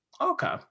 Okay